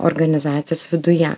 organizacijos viduje